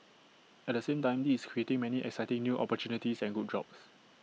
at the same time this is creating many exciting new opportunities and good jobs